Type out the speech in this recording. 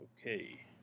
Okay